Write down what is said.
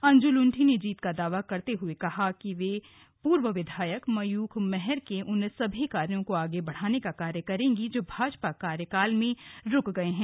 अंजू लुंठी ने जीत का दावा करते हुए कहा कि वह पूर्व विधायक मयूख महर के उन सभी कार्यो को आगे बढ़ाने का कार्य करेंगी जो भाजपा कार्यकाल में रुक गए है